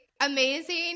amazing